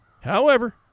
However